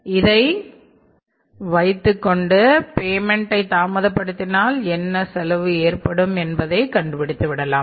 இதை வைத்து பேமென்ட்டை தாமதப்படுத்தினால் என்ன செலவு ஏற்படும் என்பதை கண்டுபிடித்து விடலாம்